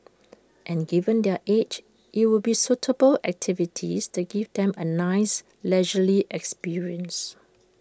and given their age it'll be suitable activities that give them A nice leisurely experience